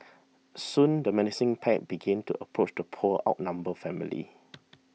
soon the menacing pack begin to approach the poor outnumbered family